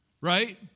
Right